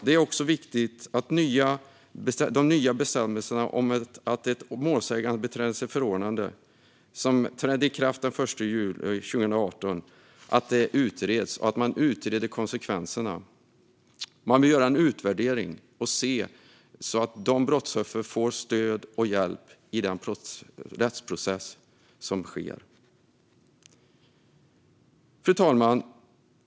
Det är också viktigt att utreda de nya bestämmelser om förordnande av målsägandebiträde som trädde i kraft den 1 juli 2018. Man behöver utreda konsekvenserna. Man bör göra en utvärdering och se till att brottsoffer får stöd och hjälp i rättsprocessen. Fru talman!